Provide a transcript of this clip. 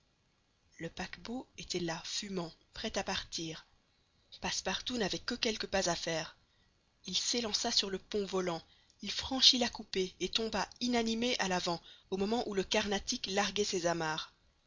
le paquebot était là fumant prêt à partir passepartout n'avait que quelques pas à faire il s'élança sur le pont volant il franchit la coupée et tomba inanimé à l'avant au moment où le carnatic larguait ses amarres